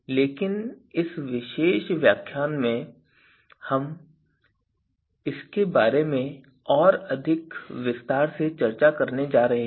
लेकिन इस विशेष व्याख्यान में हम इसके बारे में और अधिक विस्तार से चर्चा करने जा रहे हैं